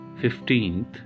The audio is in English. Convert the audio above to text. Fifteenth